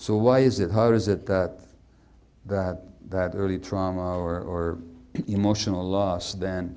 so why is it hard is it that that that early trauma or emotional loss then